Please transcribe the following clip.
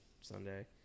Sunday